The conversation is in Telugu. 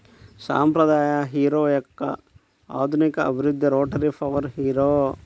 సాంప్రదాయ హారో యొక్క ఆధునిక అభివృద్ధి రోటరీ పవర్ హారో